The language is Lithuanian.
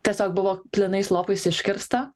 tiesiog buvo plynais lopais iškirsta